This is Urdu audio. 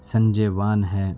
سنجے وان ہے